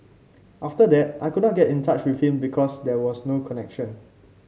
after that I could not get in touch with him because there was no connection